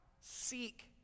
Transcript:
seek